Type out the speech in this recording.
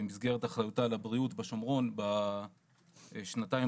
במסגרת --- לבריאות בשומרון בשנתיים